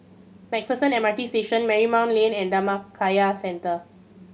Macpherson M R T Station Marymount Lane and Dhammakaya Centre